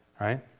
right